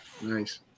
Nice